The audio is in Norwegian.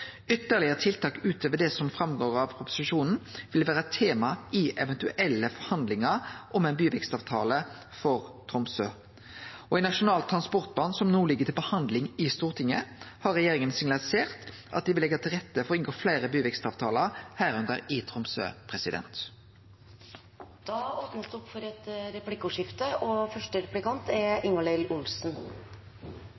Ytterlegare tiltak, utover det som går fram av proposisjonen, vil vere tema i eventuelle forhandlingar om ein byvekstavtale for Tromsø. I Nasjonal transportplan, som no ligg til behandling i Stortinget, har regjeringa signalisert at dei vil leggje til rette for å inngå fleire byvekstavtalar, under dette i Tromsø. Det blir replikkordskifte.